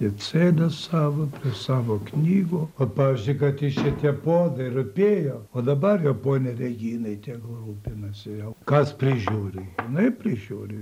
ir sėdu savo prie savo knygų o pavyzdžiui kad ir šitie puodai rūpėjo o dabar jau ponia regina tegu rūpinasi jau kas prižiūri jinai prižiūri